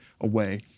away